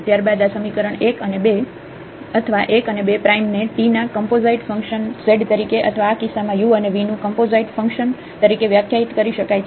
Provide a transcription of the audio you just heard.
ત્યારબાદ આ સમીકરણ 1 2 અથવા 1 2 પ્રાઈમ ને t ના કમ્પોઝાઈટ ફંક્શન z તરીકે અથવા આ કિસ્સામાં u અને v નું કમ્પોઝાઈટ ફંક્શન તરીકે વ્યાખ્યાયિત કરી શકાય છે